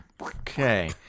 Okay